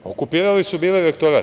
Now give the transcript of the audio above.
Okupirali su bili rektorat.